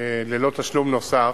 ללא תשלום נוסף.